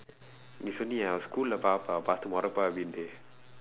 it's only our schoolae பார்த்து முறைப்பா அப்பத்துலிருந்தே:paarththu muraippaa appaththulirundthee